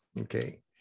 Okay